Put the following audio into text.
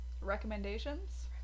Recommendations